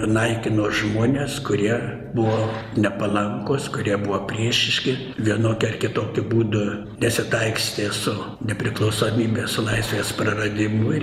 ir naikino žmones kurie buvo nepalankūs kurie buvo priešiški vienokia ar kitokiu būdu nesitaikstė su nepriklausomybės su laisvės praradimu ir